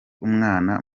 umwana